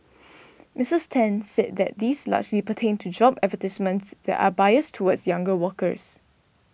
Misses Ten said that these largely pertained to job advertisements that are biased towards younger workers